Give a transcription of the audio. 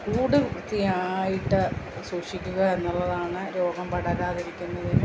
കൂട് വൃത്തിയായിട്ടു സൂക്ഷിക്കുക എന്നുള്ളതാണ് രോഗം പടരാതിരിക്കുന്നതിന്